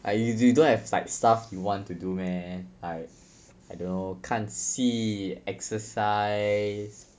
like you you don't have like stuff you want to do meh like I don't know 看戏 exercise